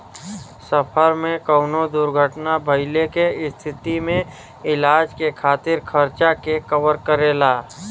सफर में कउनो दुर्घटना भइले के स्थिति में इलाज के खातिर खर्चा के कवर करेला